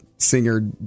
singer